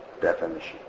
definition